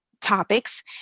topics